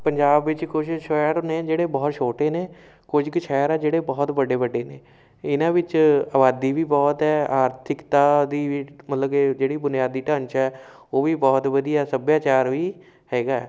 ਪੰਜਾਬ ਵਿੱਚ ਕੁਛ ਸ਼ਹਿਰ ਨੇ ਜਿਹੜੇ ਬਹੁਤ ਛੋਟੇ ਨੇ ਕੁਝ ਕੁ ਸ਼ਹਿਰ ਆ ਜਿਹੜੇ ਬਹੁਤ ਵੱਡੇ ਵੱਡੇ ਨੇ ਇਹਨਾਂ ਵਿੱਚ ਆਬਾਦੀ ਵੀ ਬਹੁਤ ਹੈ ਆਰਥਿਕਤਾ ਦੀ ਵੀ ਮਤਲਬ ਕਿ ਜਿਹੜੀ ਬੁਨਿਆਦੀ ਢਾਂਚਾ ਉਹ ਵੀ ਬਹੁਤ ਵਧੀਆ ਸੱਭਿਆਚਾਰ ਵੀ ਹੈਗਾ